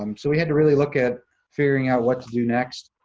um so we had to really look at figuring out what to do next,